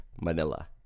Manila